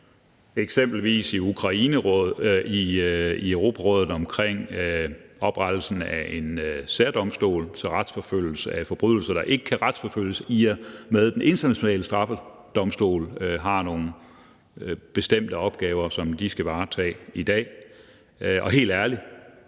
eksempelvis i Europarådet om oprettelsen af en særdomstol til retsforfølgelse af forbrydelser, der ikke kan retsforfølges, i og med at Den Internationale Straffedomstol har nogle bestemte opgaver, som de skal varetage i dag. Og helt ærligt